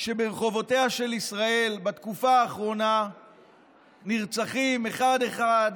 כשברחובותיה של ישראל בתקופה האחרונה נרצחים אחד-אחד,